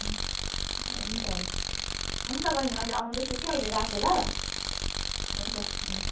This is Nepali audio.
अँ हुन्छ हुन्छ हुन्छ बहिनी अहिले आउँदै छु कि अहिले राखेँ ल हुन्छ हुन्छ